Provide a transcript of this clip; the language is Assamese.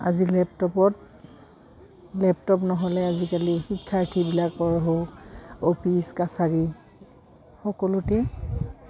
আজি লেপটপত লেপটপ নহ'লে আজিকালি শিক্ষাৰ্থীবিলাকৰ হওক অফিচ কাছাৰী সকলোতে